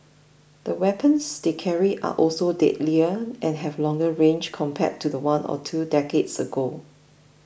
the weapons they carry are also deadlier and have longer range compared to one or two decades ago